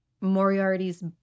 Moriarty's